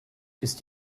ist